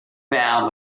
found